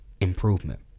improvement